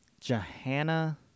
Johanna